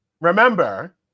remember